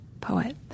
poet